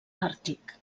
àrtic